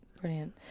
brilliant